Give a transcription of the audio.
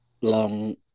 long